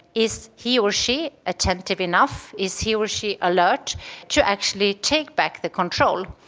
is he or she attentive enough, is he or she alert to actually take back the control.